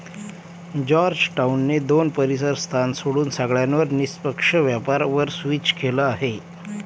Georgetown ने दोन परीसर स्थान सोडून सगळ्यांवर निष्पक्ष व्यापार वर स्विच केलं आहे